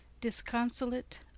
disconsolate